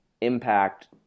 impact